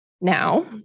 now